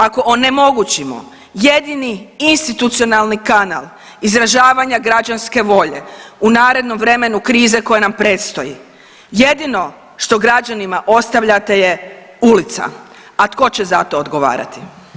Ako onemogućimo jedini institucionalni kanal izražavanja građanske volje u narednom vremenu krize koje nam predstoji jedino što građanima ostavljate je ulica, a tko će za to odgovarati.